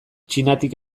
txinatik